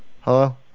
Hello